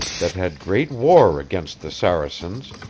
that had great war against the saracens,